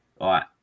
Right